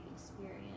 experience